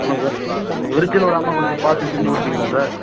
சொல்லுங்கள் சார் விரிசல் விடாமல் கொஞ்சம் பார்த்து செஞ்சு கொடுப்பீங்களா சார்